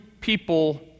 people